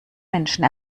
menschen